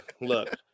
look